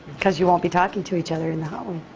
because you won't be talking to each other in the hallway.